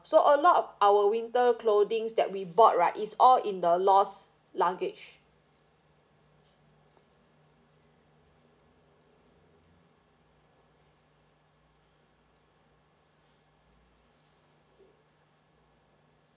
so a lot of our winter clothings that we brought right is all in the lost luggage